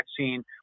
vaccine